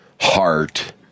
heart